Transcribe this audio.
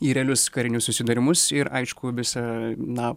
į realius karinius susidūrimus ir aišku visa na